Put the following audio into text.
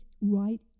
right